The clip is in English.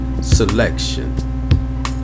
selection